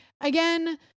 again